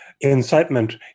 incitement